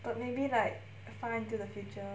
but maybe like far into the future